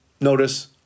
notice